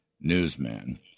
newsman